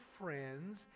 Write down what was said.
friends